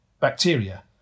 bacteria